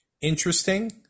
interesting